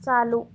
चालू